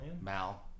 Mal